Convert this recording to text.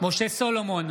משה סולומון,